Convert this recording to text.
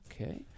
Okay